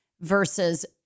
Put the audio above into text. versus